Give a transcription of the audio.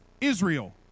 Israel